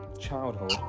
childhood